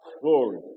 glory